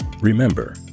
remember